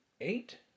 Eight